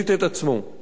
היום כבר חודש.